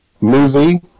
movie